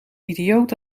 idioot